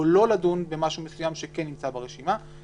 לא לדון במשהו מסוים שכן נמצא ברשימה.